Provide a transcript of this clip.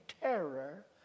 terror